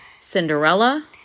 Cinderella